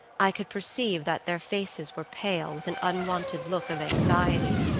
i could perceive that their faces were pale with an unwonted look of anxiety,